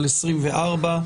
פ/464/24,